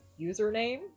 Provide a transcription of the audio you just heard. Username